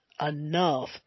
enough